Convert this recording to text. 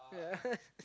yeah